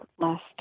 last